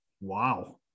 Wow